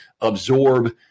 absorb